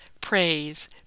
praise